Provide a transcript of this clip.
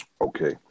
Okay